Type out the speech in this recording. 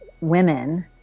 women